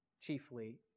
chiefly